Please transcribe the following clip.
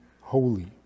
holy